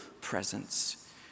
presence